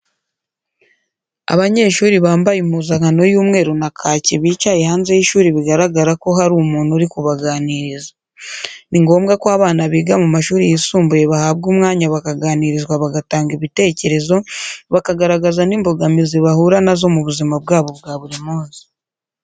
Abanyeshuri bambaye impuzankano y'umweru na kake bicaye hanze y'ishuri bigaragara ko hari umuntu uri kubaganiriza. Ni ngombwa ko abana biga mu mashuri yisumbuye bahabwa umwanya bakaganirizwa bagatanga ibitekerezo, bakagaragaza n'imbogamizi bahura na zo mu buzima bwabo bwa buri munsi.